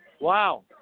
Wow